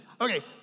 okay